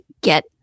get